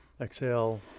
Exhale